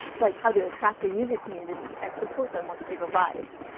like how to attract a user community and support them once they've arrived.